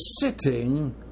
sitting